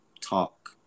talk